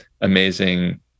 amazing